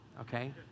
okay